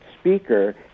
speaker